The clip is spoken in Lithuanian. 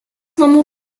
namų